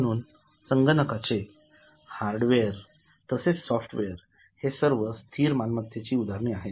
म्हणून संगणकाचे हार्डवेअर तसेच सॉफ्टवेअर हे सर्व स्थिर मालमत्तेची उदाहरणे आहेत